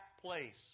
place